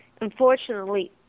Unfortunately